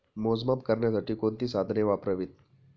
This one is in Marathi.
मोजमाप करण्यासाठी कोणती साधने वापरावीत?